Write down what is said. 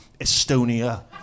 Estonia